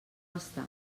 estar